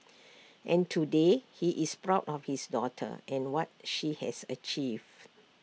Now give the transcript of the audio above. and today he is proud of his daughter and what she has achieved